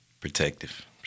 Protective